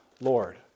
Lord